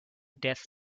death